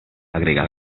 agrega